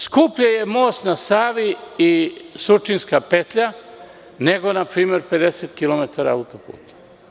Skuplji je most na Savi i Surčinska petlja nego, na primer, 50 km auto-puta.